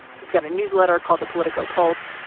he's got a newsletter called the political pulse.